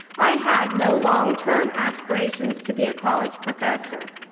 i had no long term aspirations to be a college professor,